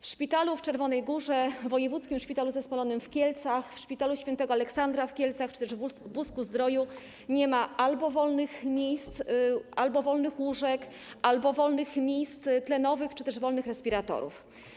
W szpitalu w Czerwonej Górze, w Wojewódzkim Szpitalu Zespolonym w Kielcach, w szpitalu św. Aleksandra w Kielcach czy też w Busku-Zdroju nie ma albo wolnych miejsc, albo wolnych łóżek, albo wolnych miejsc tlenowych czy też wolnych respiratorów.